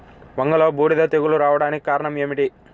వంగలో బూడిద తెగులు రావడానికి కారణం ఏమిటి?